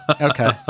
Okay